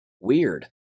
weird